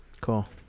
Cool